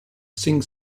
sing